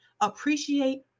Appreciate